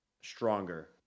stronger